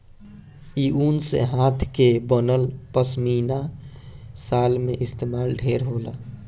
इ ऊन से हाथ के बनल पश्मीना शाल में इस्तमाल ढेर होला